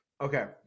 Okay